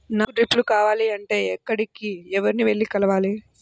నాకు డ్రిప్లు కావాలి అంటే ఎక్కడికి, ఎవరిని వెళ్లి కలవాలి?